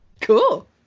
Cool